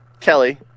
Kelly